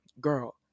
Girl